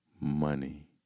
money